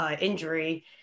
injury